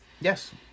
yes